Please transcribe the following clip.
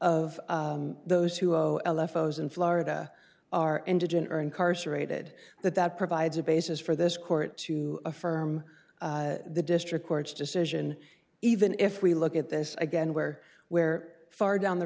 of those who are l f those in florida are indigent or incarcerated that that provides a basis for this court to affirm the district court's decision even if we look at this again where where far down the